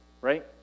right